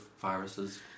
viruses